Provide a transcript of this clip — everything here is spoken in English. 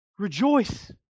Rejoice